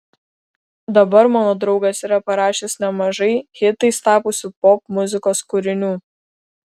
dabar mano draugas yra parašęs nemažai hitais tapusių popmuzikos kūrinių